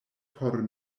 por